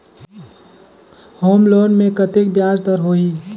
Home loan मे कतेक ब्याज दर होही?